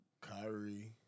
Kyrie